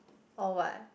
or what